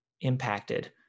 impacted